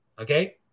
Okay